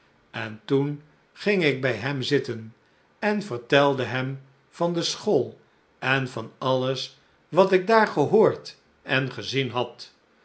en toen ging ik bij hem zitten en vertelde hem van de school en van alles wat ik daar gehoord en gezien had